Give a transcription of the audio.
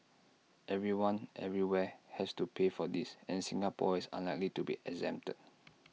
everyone everywhere has to pay for this and Singapore is unlikely to be exempted